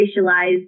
racialized